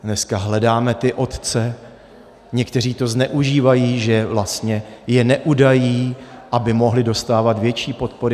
Dneska hledáme ty otce, někteří to zneužívají, že vlastně je neudají, aby mohli dostávat větší podpory atd., atd.